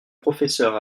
professeurs